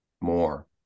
more